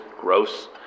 gross